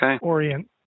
orient